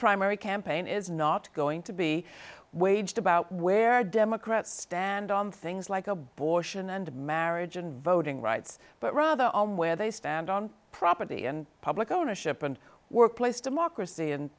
primary campaign is not going to be waged about where democrats stand on things like abortion and marriage and voting rights but rather on where they stand on property and public ownership and workplace democracy and